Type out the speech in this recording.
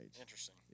Interesting